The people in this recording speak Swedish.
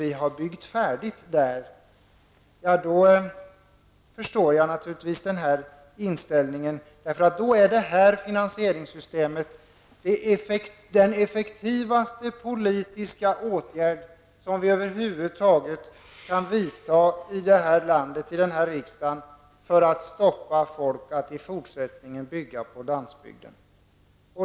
Det är färdigbyggt där. Då förstår jag inställningen. Detta finansieringssystem den effektivaste politiska åtgärd som vi över huvud taget kan vidta i den här riksdagen i det här landet för att stoppa folk från att i fortsättningen bygga på landsbygden.